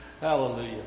Hallelujah